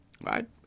right